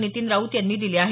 नितीन राऊत यांनी दिले आहेत